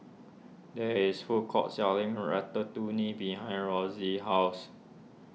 there is food court selling Ratatouille behind Rosey's house